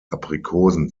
aprikosen